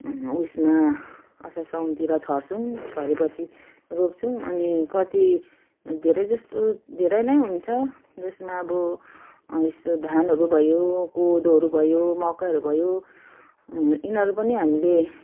उसमा असार साउनतिर छर्छौँ छरे पछि रोप्छौँ अनि कति धेरै जस्तो धेरै नै हुन्छ जसमा अब यस्तो धानहरू भयो कोदोहरू भयो मकैहरू भयो यिनीहरू पनि हामीले